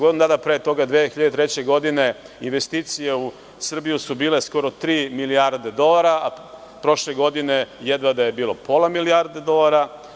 Godinu dana pre toga, 2003. godine, investicije u Srbiju su bile skoro tri milijarde dolara, a prošle godine jedva da je bilo pola milijarde dolara.